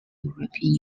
european